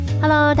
Hello